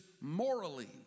morally